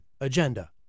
agenda